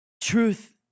Truth